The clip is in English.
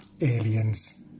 aliens